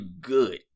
good